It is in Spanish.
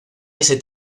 ese